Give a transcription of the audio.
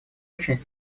очень